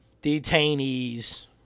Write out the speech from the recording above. detainees